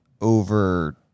over